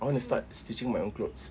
I want to start stitching my own clothes